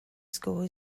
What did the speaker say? score